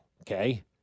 Okay